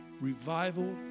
revival